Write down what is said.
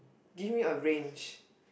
give me a range